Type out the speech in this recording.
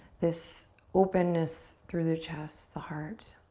this openness through the chest, the heart.